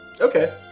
Okay